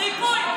ריפוי.